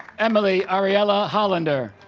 emily ariela hollander